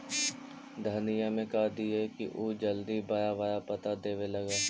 धनिया में का दियै कि उ जल्दी बड़ा बड़ा पता देवे लगै?